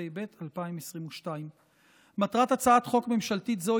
התשפ"ב 2022. מטרת הצעת חוק ממשלתית זו